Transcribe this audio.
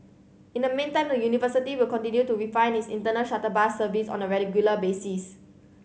in the meantime the university will continue to refine its internal shuttle bus service on a basis